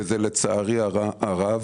וזה לצערי הרב